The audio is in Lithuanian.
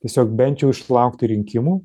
tiesiog bent jau išlaukti rinkimų